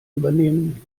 übernehmen